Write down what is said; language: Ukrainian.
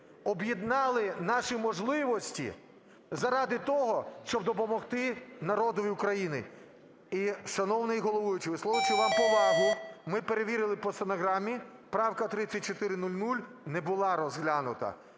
об'єднали наші можливості заради того, щоб допомогти народові України. І, шановний головуючий, висловлюючи вам повагу, ми перевірили по стенограмі, правка 3400 не була розглянута.